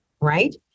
right